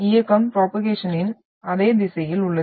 இயக்கம் ப்ரோபோகேஷணின் அதே திசையில் உள்ளது